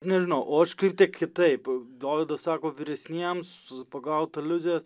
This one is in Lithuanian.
nežinau o aš kairt kitaip dovydas sako vyresniems pagaut aliuzijas